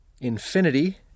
infinity